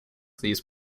these